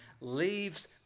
leaves